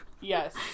Yes